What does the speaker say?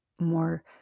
more